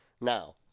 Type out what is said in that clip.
Now